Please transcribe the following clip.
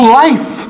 life